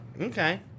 Okay